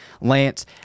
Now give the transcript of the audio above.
Lance